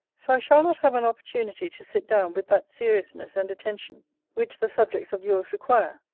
so i shall not have an opportunity to sit down with that seriousness and attention which the subjects of yours require.